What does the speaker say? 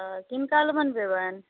ओ किनका ले बनबेबनि